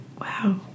wow